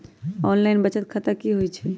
Online बचत खाता की होई छई?